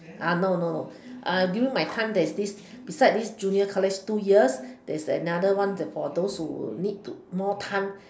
uh no no no uh during my time there is this beside this junior college two years there is another one the for those who need more time